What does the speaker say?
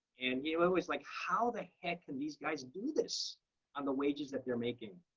and he was like, how the heck can these guys do this on the wages that they're making?